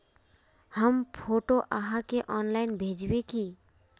हम फोटो आहाँ के ऑनलाइन भेजबे की?